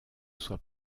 soit